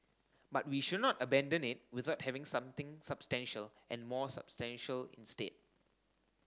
but we should not abandon it without having something substantial and more substantial instead